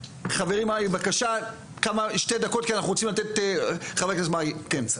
חברי מרעי בבקשה, חבר הכנסת מרעי כן.